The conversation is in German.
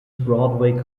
broadway